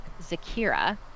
Zakira